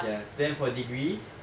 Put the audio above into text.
ya then for degree